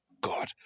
God